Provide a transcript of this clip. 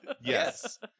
Yes